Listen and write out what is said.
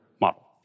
model